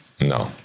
No